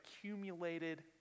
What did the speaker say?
accumulated